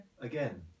again